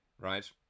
Right